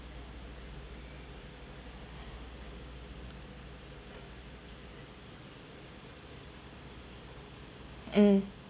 mm